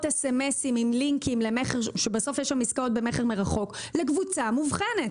אס.אמ.אסים עם לינקים למכר שבסוף יש שם עסקאות במכר מרחוק לקבוצה מובחנת,